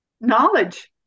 Knowledge